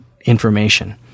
information